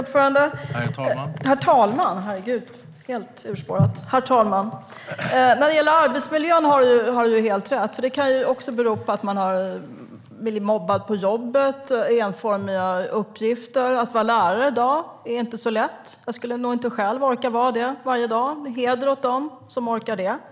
Herr talman! När det gäller arbetsmiljön har Lars-Arne Staxäng helt rätt, för det kan också bero på att man till exempel har blivit mobbad på jobbet eller har enformiga uppgifter. Att vara lärare i dag är inte så lätt. Jag skulle nog inte själv orka vara det. Heder åt dem som orkar det.